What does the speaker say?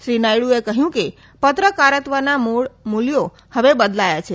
શ્રી નાયડુએ કહ્યું કે પત્રકારત્વના મૂળ મૂલ્યો હવે બદલાયા છે